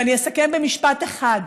ואני אסכם במשפט אחד: